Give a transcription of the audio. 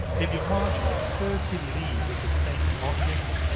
if you march thirty li with the same object,